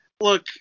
look